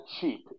cheap